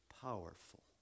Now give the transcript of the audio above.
powerful